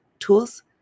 tools